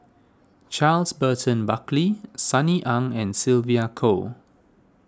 Charles Burton Buckley Sunny Ang and Sylvia Kho